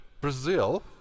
Brazil